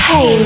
Hey